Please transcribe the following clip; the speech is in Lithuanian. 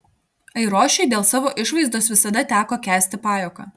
airošiui dėl savo išvaizdos visada teko kęsti pajuoką